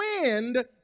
wind